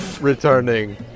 returning